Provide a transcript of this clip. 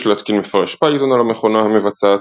יש להתקין מפרש פייתון על המכונה המבצעת,